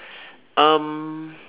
um